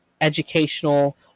educational